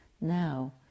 now